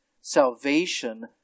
Salvation